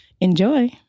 Enjoy